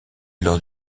lors